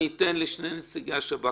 אני אתן לשני נציגי השב"כ,